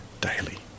daily